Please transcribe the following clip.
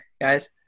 guys